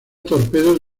torpedos